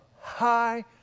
high